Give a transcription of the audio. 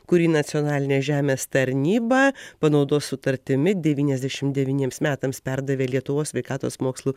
kurį nacionalinė žemės tarnyba panaudos sutartimi devyniasdešim devyniems metams perdavė lietuvos sveikatos mokslų